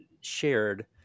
shared